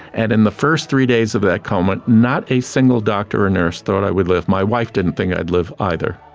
and in the first three days of that coma, not a single doctor or nurse thought i would live. my wife didn't think i'd live either.